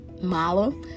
malo